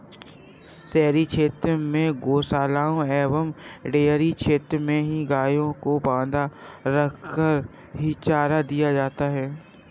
शहरी क्षेत्र में गोशालाओं एवं डेयरी क्षेत्र में ही गायों को बँधा रखकर ही चारा दिया जाता है